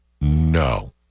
No